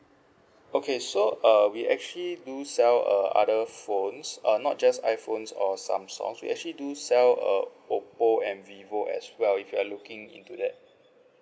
okay so uh we actually do sell uh other phones uh not just iphones or samsung we actually do sell err oppo and vivo as well if you are looking into that